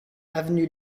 avenue